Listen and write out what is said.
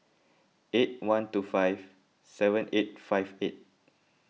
eight one two five seven eight five eight